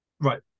right